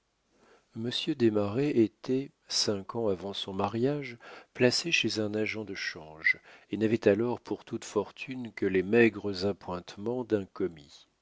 desmarets était cinq ans avant son mariage placé chez un agent de change et n'avait alors pour toute fortune que les maigres appointements